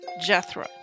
Jethro